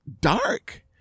dark